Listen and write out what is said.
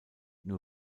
nur